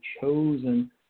chosen